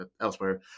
elsewhere